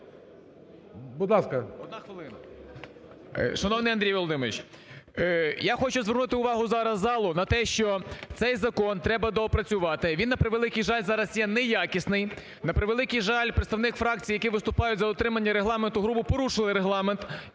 Шановний Андрій Володимирович, я хочу звернути увагу зараз залу на те, що цей закон треба доопрацювати. Він, на превеликий жаль, зараз є не якісний, на превеликий жаль, представники фракції, які виступають за утримання регламенту, грубо порушили регламент